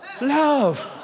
love